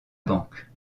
banque